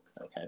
okay